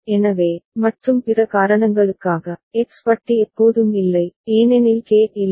எனவே மற்றும் பிற காரணங்களுக்காக எக்ஸ் பட்டி எப்போதும் இல்லை ஏனெனில் கேட் இல்லை